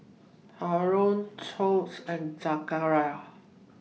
Haron Tuah and Zakaria